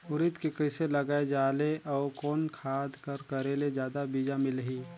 उरीद के कइसे लगाय जाले अउ कोन खाद कर करेले जादा बीजा मिलही?